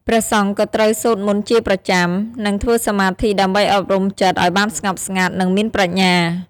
ព្រះសង្ឃក៏ត្រូវសូត្រមន្តជាប្រចាំ និងធ្វើសមាធិដើម្បីអប់រំចិត្តឲ្យបានស្ងប់ស្ងាត់ និងមានប្រាជ្ញា។